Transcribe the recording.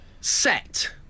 Set